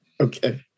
Okay